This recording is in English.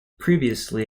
previously